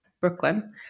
Brooklyn